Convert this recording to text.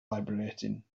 vibrating